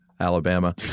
Alabama